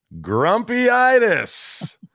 Grumpyitis